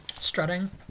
Strutting